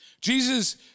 Jesus